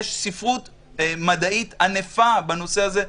יש ספרות מדעית ענפה בנושא הזה,